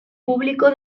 público